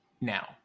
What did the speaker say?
now